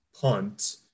punt